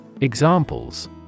Examples